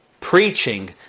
Preaching